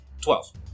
Twelve